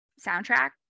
soundtrack